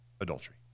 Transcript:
adultery